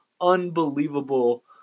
unbelievable